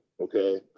okay